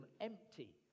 empty